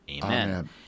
Amen